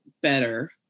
better